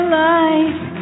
life